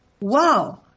wow